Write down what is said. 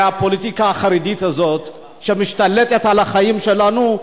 והפוליטיקה החרדית הזאת שמשתלטת על החיים שלנו,